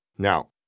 Now